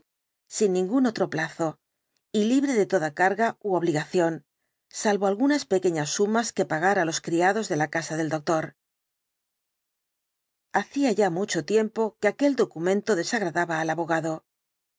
sin ningún otro plazo y libre de toda carga ú obligación salvo algunas pequeñas sumas que pagar á los criados de la casa del doctor hacía ya mucho tiempo que aquel documento desagradaba al abogado